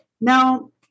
Now